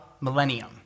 millennium